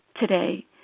today